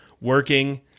working